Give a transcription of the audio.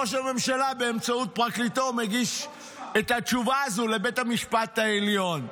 ראש הממשלה באמצעות פרקליטו מגיש את התשובה הזו לבית המשפט העליון.